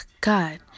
God